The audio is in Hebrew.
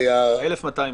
1,200 סינים.